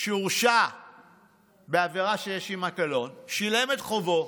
שהורשע בעבירה שיש עימה קלון, שילם את חובו,